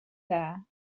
there